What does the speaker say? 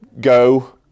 go